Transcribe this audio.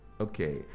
okay